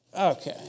okay